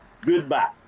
Goodbye